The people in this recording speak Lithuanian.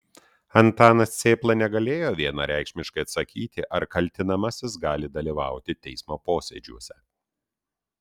antanas cėpla negalėjo vienareikšmiškai atsakyti ar kaltinamasis gali dalyvauti teismo posėdžiuose